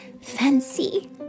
fancy